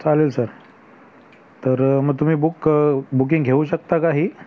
चालेल सर तर मग तुम्ही बुक बुकिंग घेऊ शकता का ही